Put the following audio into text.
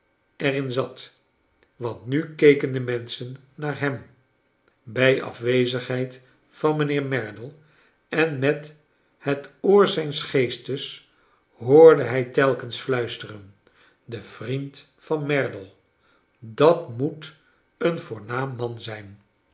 er in zat want nu keken de menschen naar h e m bij afwezigheid van mijnheer merdle en met het oor zijns geestes hoorde hij telkens fluisteren dc vriend van merdle dat moet een voornaam man zijn